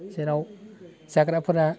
जेराव जाग्राफोरा